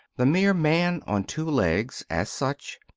the mere man on two legs, as such,